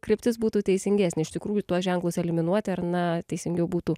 kryptis būtų teisingesnė iš tikrųjų tuos ženklus eliminuoti ar na teisingiau būtų